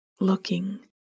looking